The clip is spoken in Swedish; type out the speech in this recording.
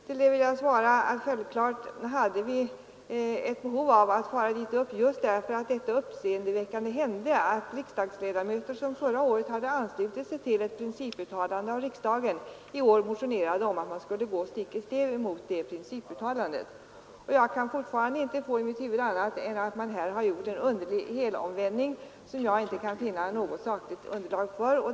På det vill jag svara att självfallet hade vi ett behov av att fara dit upp just därför att detta uppseendeväckande hände — att riksdagsledamöter som förra året hade anslutit sig till ett principuttalande av riksdagen i år motionerade om att man skulle gå stick i stäv mot det principuttalandet. Jag kan fortfarande inte få i mitt huvud annat än att man här har gjort en underlig helomvändning som jag inte kan finna något sakligt underlag för.